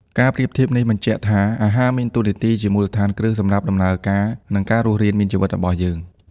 ការប្រៀបធៀបនេះបញ្ជាក់ថា អាហារមានតួនាទីជាមូលដ្ឋានគ្រឹះសម្រាប់ដំណើរការ និងការរស់រានមានជីវិតរបស់យើង។